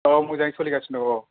औ मोजाङै सोलिगासिनो दं औ